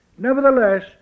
Nevertheless